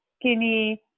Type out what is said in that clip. skinny